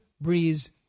Breeze